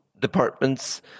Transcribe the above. departments